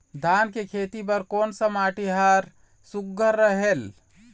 धान के खेती बर कोन सा माटी हर सुघ्घर रहेल?